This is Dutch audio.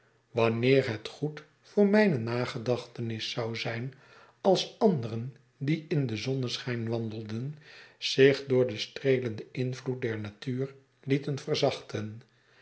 wanneer het goed voor mijne nagedachtenis zou zijn als anderen die in den zonneschijn wandelden zich door den streelenden invloed der natuur lieten verzachten